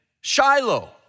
Shiloh